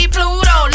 Pluto